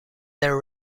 their